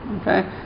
Okay